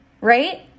right